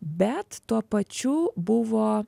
bet tuo pačiu buvo